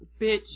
bitch